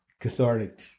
cathartic